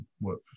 work